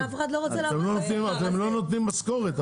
אתם לא נותנים משכורת.